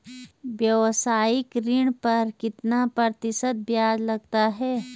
व्यावसायिक ऋण पर कितना प्रतिशत ब्याज लगता है?